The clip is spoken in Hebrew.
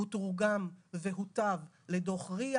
הוא תורגם והותאם לדוח RIA